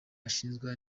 ashinjwa